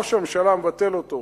ראש הממשלה מבטל אותו,